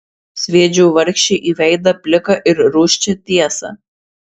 sviedžiau vargšei į veidą pliką ir rūsčią tiesą